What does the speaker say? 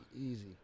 easy